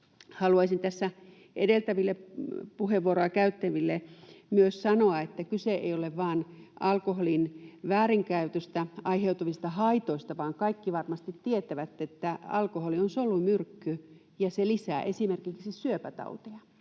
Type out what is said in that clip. Haluaisin tässä edeltäville puheenvuoroa käyttäneille myös sanoa, että kyse ei ole vain alkoholin väärinkäytöstä aiheutuvista haitoista, vaan kaikki varmasti tietävät, että alkoholi on solumyrkky ja se lisää esimerkiksi syöpätauteja.